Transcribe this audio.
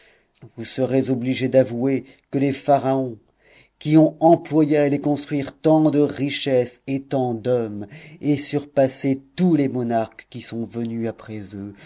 vous serez obligés d'avouer qu'il faut que les pharaons qui ont employé à les construire tant de richesses et tant d'hommes aient surpassé tous les monarques qui sont venus après eux